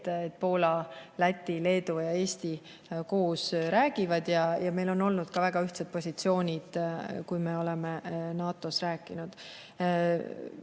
et Poola, Läti, Leedu ja Eesti räägivad koos. Meil on olnud väga ühtsed positsioonid, kui me oleme NATO-s rääkinud.